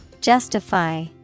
Justify